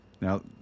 Now